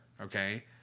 okay